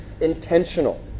intentional